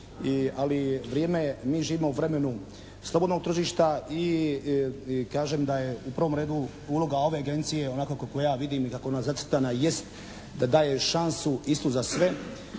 ali vrijeme je, mi živimo u vremenu slobodnog tržišta i kažem da je u prvom redu uloga ove agencije onako kako ja vidim i kako je ona zacrtana jest da daje šansu istu za sve,